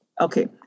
okay